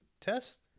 Test